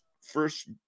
first